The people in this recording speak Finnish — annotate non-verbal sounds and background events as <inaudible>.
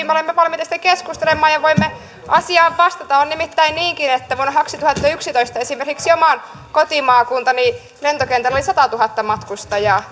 <unintelligible> me olemme valmiita siitä keskustelemaan ja voimme asiaan vastata on nimittäin niinkin että vuonna kaksituhattayksitoista esimerkiksi oman kotimaakuntani lentokentällä oli satatuhatta matkustajaa <unintelligible>